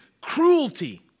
cruelty